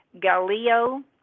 Galileo